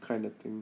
kind of thing